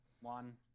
One